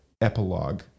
epilogue